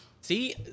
See